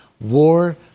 war